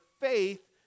faith